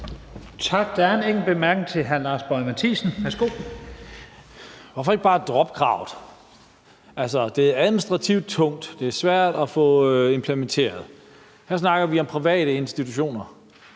Lars Boje Mathiesen. Værsgo. Kl. 14:39 Lars Boje Mathiesen (UFG): Hvorfor ikke bare droppe kravet? Det er administrativt tung, det er svært at få implementeret. Her snakker vi om private institutioner,